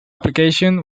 application